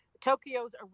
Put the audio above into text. Tokyo's